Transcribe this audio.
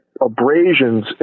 abrasions